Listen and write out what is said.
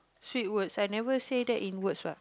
shit words I never say that in words what